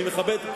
אני מכבד,